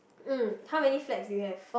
mm how many flags do you have